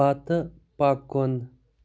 پتہٕ پکُن